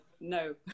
no